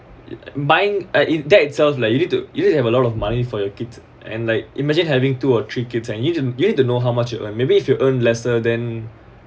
buying uh that's it's a like you need to you need to have a lot of money for your kids and like imagine having two or three kids and you need you need to know how much it like maybe if you earn lesser then